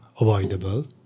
avoidable